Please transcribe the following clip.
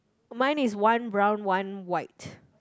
mine is one brown one white